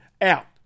out